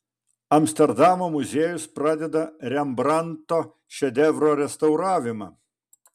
amsterdamo muziejus pradeda rembrandto šedevro restauravimą